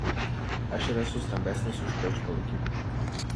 aš ir esu stambesnis už paukštpalaikį